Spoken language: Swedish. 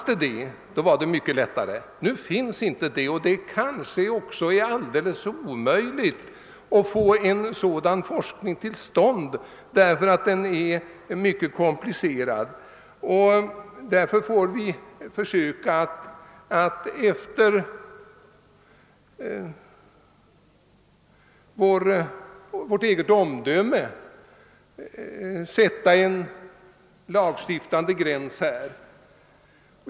Det är kanske också omöjligt att få till stånd en sådan forskning, eftersom det gäller mycket komplicerade ting, och vi får därför försöka att med ledning av vårt omdöme sätta en gräns.